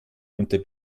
unter